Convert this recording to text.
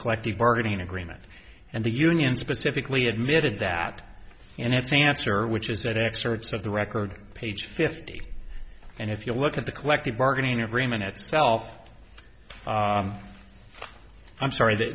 collective bargaining agreement and the union specifically admitted that and it fancier which is that excerpts of the record page fifty and if you look at the collective bargaining agreement itself i'm sorry that